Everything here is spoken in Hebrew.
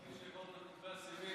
אחרי שהעברנו את מתווה הסיבים,